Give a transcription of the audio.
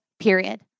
period